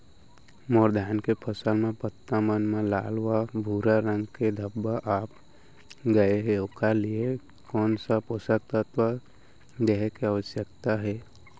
मोर धान के फसल म पत्ता मन म लाल व भूरा रंग के धब्बा आप गए हे ओखर लिए कोन स पोसक तत्व देहे के आवश्यकता हे?